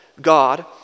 God